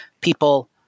people